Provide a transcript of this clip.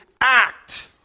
act